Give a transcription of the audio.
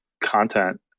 content